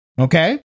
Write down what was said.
Okay